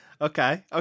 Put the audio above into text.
Okay